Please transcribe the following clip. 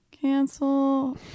Cancel